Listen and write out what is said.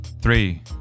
three